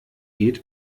geht